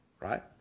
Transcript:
Right